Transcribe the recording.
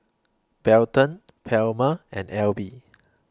Belton Palmer and Alby